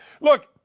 Look